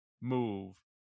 move